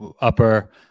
upper